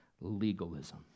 legalism